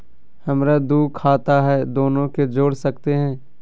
हमरा दू खाता हय, दोनो के जोड़ सकते है?